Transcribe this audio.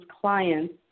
clients